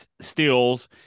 steals